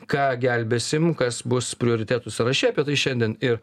ką gelbėsim kas bus prioritetų sąraše apie tai šiandien ir